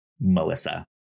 Melissa